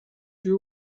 you